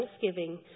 thanksgiving